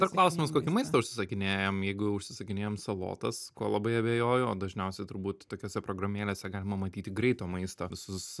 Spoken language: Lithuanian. dar klausimas kokį maistą užsisakinėjam jeigu užsisakinėjam salotas kuo labai abejoju o dažniausiai turbūt tokiose programėlėse galima matyti greito maisto visus